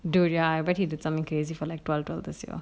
dude ya I bet he did some crazy for like twelve dollars ya